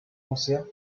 concert